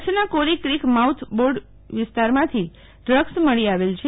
કરછના Kori creek mouth board વિસ્તારમાંથી drugs મળી આવેલ છે